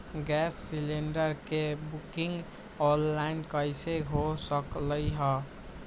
Gas cylinder के booking online कईसे हो सकलई ह?